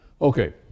Okay